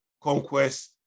conquest